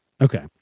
Okay